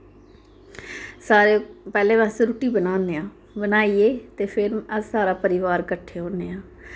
सारे पैह्ले अस रुट्टी बनाने आं बनाईयै ते फिर अस सारा परिवार कट्ठे होन्ने आं